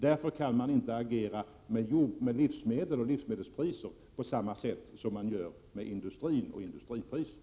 Därför kan man inte agera med livsmedel och livsmedelspriser på samma sätt som man gör när det gäller industrin och industripriser.